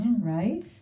right